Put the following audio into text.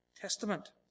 Testament